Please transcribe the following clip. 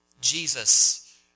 Jesus